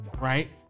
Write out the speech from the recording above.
right